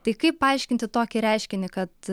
tai kaip paaiškinti tokį reiškinį kad